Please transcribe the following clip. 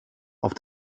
auf